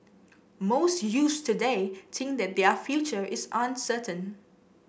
most youths today think that their future is uncertain